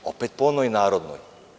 Opet po onoj narodnoj.